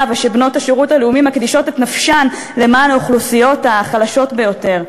ושבנות השירות הלאומי מקדישות את נפשן למען האוכלוסיות החלשות ביותר.